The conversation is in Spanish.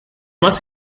más